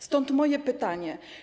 Stąd moje pytanie.